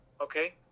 okay